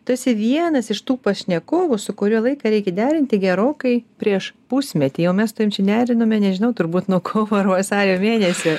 tu esi vienas iš tų pašnekovų su kuriuo laiką reikia derinti gerokai prieš pusmetį o mes su tavim čia derinome nežinau turbūt nuo kovo ar vasario mėnesio